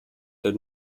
did